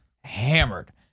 Hammered